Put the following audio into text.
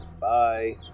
Bye